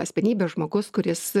asmenybė žmogus kuris